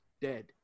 dead